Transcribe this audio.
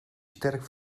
sterk